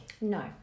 No